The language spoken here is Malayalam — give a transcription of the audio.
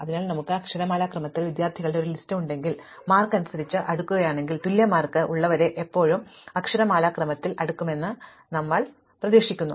അതിനാൽ ഞങ്ങൾക്ക് അക്ഷരമാലാക്രമത്തിൽ വിദ്യാർത്ഥികളുടെ ഒരു ലിസ്റ്റ് ഉണ്ടെങ്കിൽ ഞങ്ങൾ മാർക്ക് അനുസരിച്ച് അടുക്കുകയാണെങ്കിൽ തുല്യ മാർക്ക് ഉള്ളവരെ ഇപ്പോഴും അക്ഷരമാലാക്രമത്തിൽ അടുക്കുമെന്ന് ഞങ്ങൾ പ്രതീക്ഷിക്കുന്നു